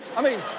i mean,